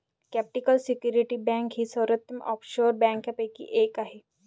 capital security bank ही सर्वोत्तम offshore बँकांपैकी एक आहे